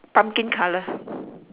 pumpkin color